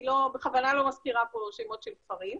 אני בכוונה לא מזכירה שמות של כפרים,